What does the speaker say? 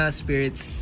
spirits